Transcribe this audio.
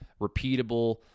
repeatable